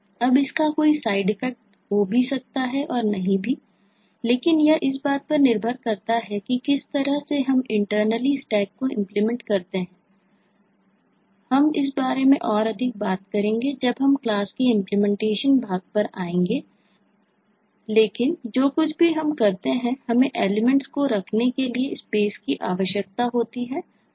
अब इसका कोई साइड इफेक्ट की आवश्यकता होती है